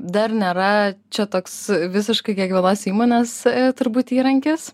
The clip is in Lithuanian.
dar nėra čia toks visiškai kiekvienos įmonės turbūt įrankis